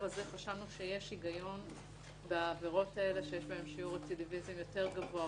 חשבנו שיש היגיון בעבירות האלו שיש בהן שיעור רצידיביזם יותר גבוה,